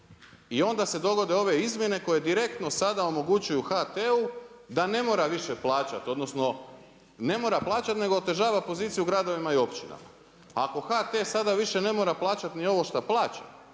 i onda se dogode ove izmjene koje direktno sada omogućuju HT-u da ne mora više plaćati odnosno ne mora plaćati nego otežava poziciju gradovima i općinama. Ako HT sada više ne mora plaćati ni ovo šta plaća,